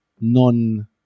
non